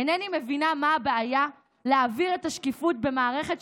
אינני מבינה מה הבעיה להעביר את השקיפות במערכת,